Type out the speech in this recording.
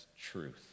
truth